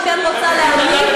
שכן רוצה להעמיק,